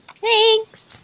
Thanks